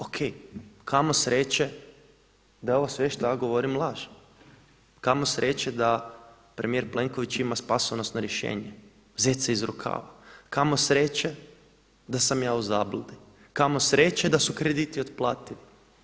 O.K, kamo sreće da je ovo sve što ja govorim laž, kamo sreće da premijer Plenković ima spasonosno rješenje, zeca iz rukava, kamo sreće da sam ja u zabludi, kamo sreće da su krediti otplativi.